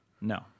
No